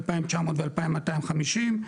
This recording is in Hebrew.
2,900 ו-2,250 ,